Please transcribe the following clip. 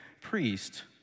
priest